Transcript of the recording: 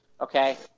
Okay